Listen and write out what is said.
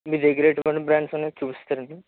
మీ దగ్గర ఎటువంటి బ్రాండ్స్ ఉన్నాయో చూపిస్తారా అండి